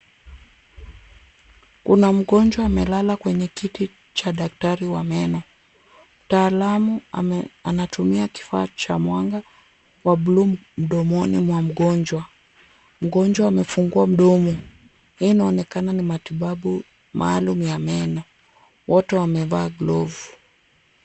Kuna mgonjwa amelala kwenye kiti cha daktari wa meno. Mtaalamu anatumia kifaa cha mwanga wa blue mdomoni mwa mgonjwa. Mgonjwa amefungua mdomo. Hii inaonekana ni matibabu maaulum ya meno. Wote wavemaa glovu.